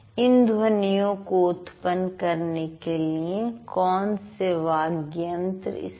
इन ध्वनियों को उत्पन्न करने के लिए कौन से वाग्यंत्र इस्तेमाल हुए हैं